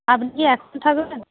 আপনি কি এখন থাকবেন